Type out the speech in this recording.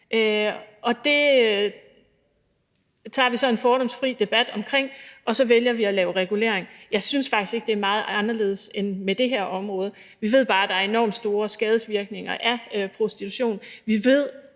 og det tager vi så en fordomsfri debat omkring, og så vælger vi at lave regulering. Jeg synes faktisk ikke, at det er meget anderledes med det her område. Vi ved bare, at der er enormt store skadesvirkninger af prostitution.